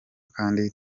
kandi